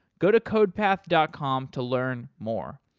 go to codepath dot com to learn more,